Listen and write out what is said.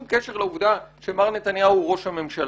קשר לעובדה שמר נתניהו הוא ראש הממשלה,